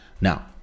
now